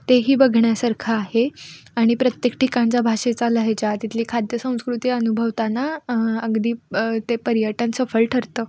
तेही बघण्यासारखं आहे आणि प्रत्येक ठिकाणच्या भाषेचा लहेजा तिथली खाद्य संस्कृती अनुभवताना अगदी ते पर्यटन सफल ठरतं